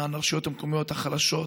למען הרשויות המקומיות החלשות,